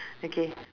okay